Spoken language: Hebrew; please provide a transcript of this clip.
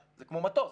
זה כמו מטוס,